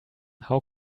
how